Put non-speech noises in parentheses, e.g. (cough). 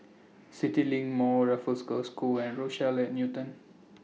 CityLink Mall Raffles Girls' School (noise) and Rochelle Newton